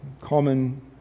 common